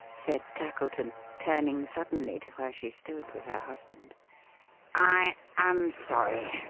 said tackleton, turning suddenly to where she stood with her husband i am sorry.